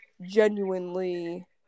genuinely